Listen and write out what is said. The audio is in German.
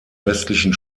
westlichen